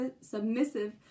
submissive